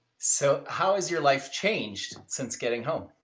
so how has your life changed since getting home?